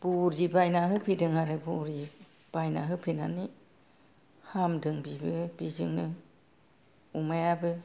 बरि बायनानै होफैदों आरो बरि बायनानै होफैनानै हामदों बिबो बिजोंनो अमायाबो